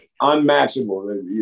unmatchable